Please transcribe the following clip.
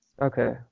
Okay